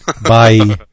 Bye